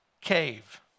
cave